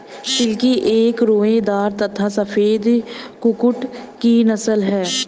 silkie एक रोएदार तथा सफेद कुक्कुट की नस्ल है